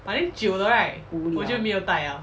无聊